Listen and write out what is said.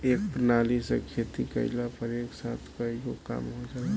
ए प्रणाली से खेती कइला पर एक साथ कईगो काम हो जाला